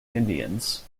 indians